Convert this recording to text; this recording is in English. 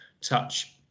touch